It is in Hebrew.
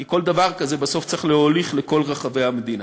כי כל דבר כזה בסוף צריך להוליך לכל רחבי המדינה.